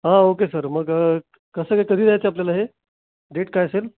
हां okay sir मग कसं काय कधी जायचं आपल्याला हे डेट काय असेल सर